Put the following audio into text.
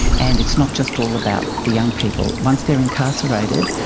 and it's not just all about the young people. once they are incarcerated,